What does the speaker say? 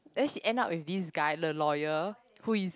then she end up with this guy the lawyer who is